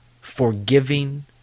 forgiving